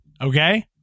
Okay